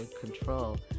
control